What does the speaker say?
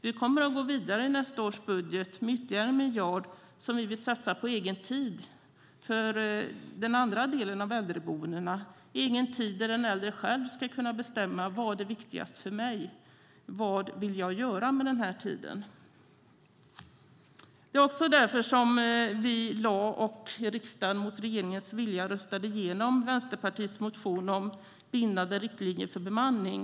Vi kommer att gå vidare i nästa års budget med ytterligare 1 miljard som vi vill satsa på egen tid. Det är en annan del av äldreboendet. Det ska vara egen tid där den äldre själv kan bestämma vad som är viktigast för honom eller henne, vad man vill göra med tiden. Det var därför riksdagen mot regeringens vilja röstade igenom Vänsterpartiets motion om bindande riktlinjer för bemanning.